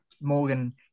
Morgan